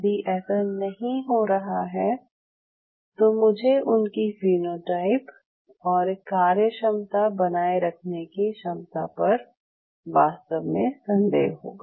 यदि ऐसा नहीं हो रहा है तो मुझे उनकी फीनोटाइप और कार्यक्षमता बनाये रखने की क्षमता पर वास्तव में संदेह होगा